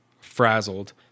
frazzled